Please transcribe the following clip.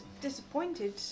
disappointed